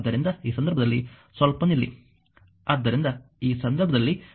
ಆದ್ದರಿಂದ ಈ ಸಂದರ್ಭದಲ್ಲಿ ಸ್ವಲ್ಪ ನಿಲ್ಲಿ ಆದ್ದರಿಂದ ಈ ಸಂದರ್ಭದಲ್ಲಿ ಇದು i 4 ಆಂಪಿಯರ್ ಆಗಿದೆ